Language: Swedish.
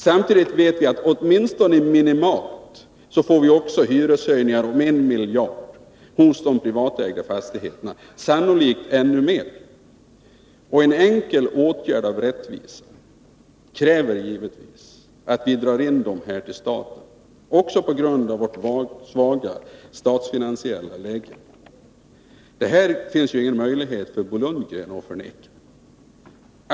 Samtidigt vet vi att vi minimalt får hyreshöjningar om 1 miljard, sannolikt ännu mer, hos de privatägda fastigheterna. Rättvisan kräver givetvis att vi drar in dessa pengar till staten. Det bör vi också göra på grund av vårt svaga statsfinansiella läge. Det finns ingen möjlighet för Bo Lundgren att förneka detta.